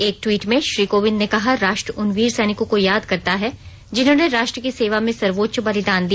एक ट्वीट में श्री कोविंद ने कहा राष्ट्र उन वीर सैनिकों को याद करता है जिन्होंने राष्ट्र की सेवा में सर्वोच्च बलिदान दिया